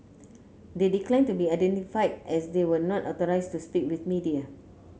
they declined to be identified as they were not authorised to speak with media